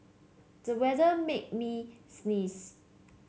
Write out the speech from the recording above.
the weather made me sneeze